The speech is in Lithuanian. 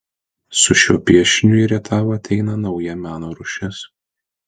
su šiuo piešiniu į rietavą ateina nauja meno rūšis